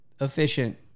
efficient